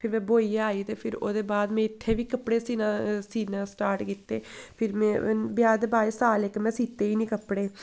ते में ब्होइयै आई ते फिर ओह्दे बाद में इत्थै बी कपड़े सीना अ सीना स्टार्ट कीते फिर में ब्याह् दे बाद साल इक में सीते गै निं कपड़े